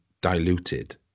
diluted